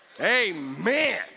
Amen